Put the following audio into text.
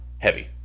Heavy